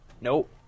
Nope